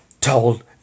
told